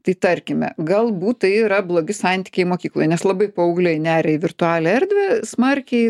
tai tarkime galbūt tai yra blogi santykiai mokykloj nes labai paaugliai neria į virtualią erdvę smarkiai